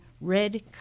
Red